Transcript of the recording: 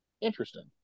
interesting